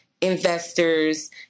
investors